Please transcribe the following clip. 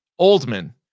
oldman